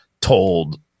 told